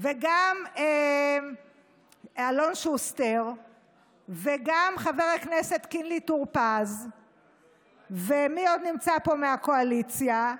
גם אלון שוסטר וגם חבר הכנסת קינלי טור פז ומי עוד נמצא פה מהקואליציה,